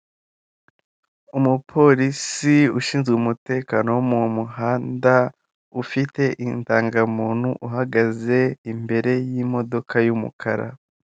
Umupolisi ushinzwe umutekano wo mu muhanda ufite indangamuntu uhagaze imbere y'imodoka y'umukara.